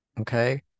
okay